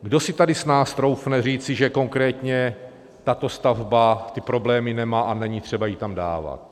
Kdo si tady z nás troufne říci, že konkrétně tato stavba ty problémy nemá a není třeba ji tam dávat?